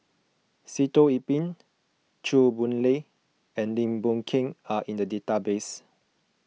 Sitoh Yih Pin Chew Boon Lay and Lim Boon Keng are in the database